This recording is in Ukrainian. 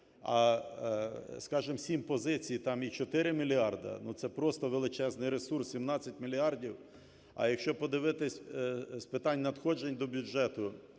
а, скажемо, 7 позицій - там,і 4 мільярда, ну, це просто величезний ресурс - 17 мільярдів. А якщо подивитись з питань надходжень до бюджету